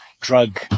drug